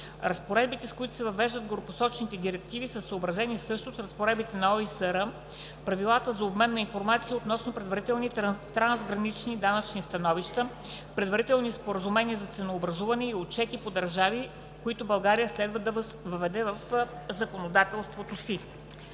Разпоредбите, с които се въвеждат горепосочените директиви, са съобразени също с разработените от ОИСР правила за обмен на информация относно предварителни трансгранични данъчни становища предварителни споразумения за ценообразуване и отчети по държави, които България следва да въведе в законодателството си.